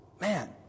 Man